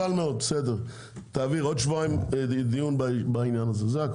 עוד שבועיים דיון בעניין הזה.